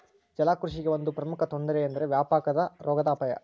ಜಲಕೃಷಿಗೆ ಒಂದು ಪ್ರಮುಖ ತೊಂದರೆ ಎಂದರೆ ವ್ಯಾಪಕವಾದ ರೋಗದ ಅಪಾಯ